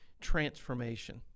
transformation